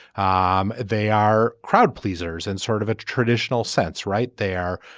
um they are crowd pleasers and sort of a traditional sense right there.